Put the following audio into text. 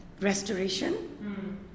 restoration